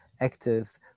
actors